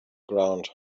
ground